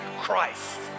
Christ